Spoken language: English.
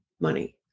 money